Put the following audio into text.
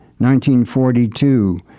1942